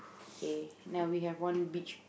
kay now we have one beach